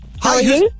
Hi